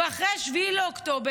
ואחרי 7 באוקטובר,